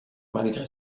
malgré